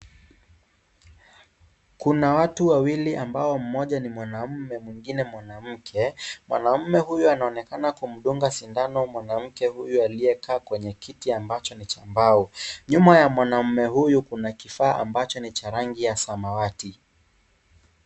Kuna watu wawili ambao mmoja ni mwanamme na mwingine ni mwanamke, mwanamme huyu anaonekana kumdunga sindano mwanamke huyu aliyekaa kwenye kiti ambacho ni cha mbao. Nyuma ya mwanamme huyu, kuna kifaa ambacho ni cha rangi ya samawati.